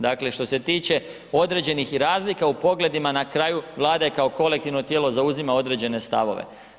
Dakle što se tiče određenih i razlika u pogledima na kraju Vlada kao kolektivno tijelo zauzima određene stavove.